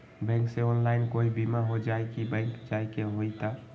Bank से online कोई बिमा हो जाई कि बैंक जाए के होई त?